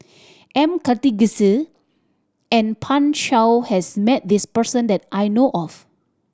M Karthigesu and Pan Shou has met this person that I know of